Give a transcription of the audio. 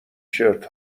شرت